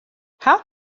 how